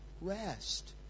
rest